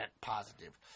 positive